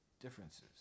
differences